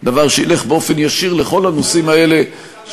דבר שילך באופן ישיר לכל הנושאים האלה,